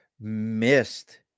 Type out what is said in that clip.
missed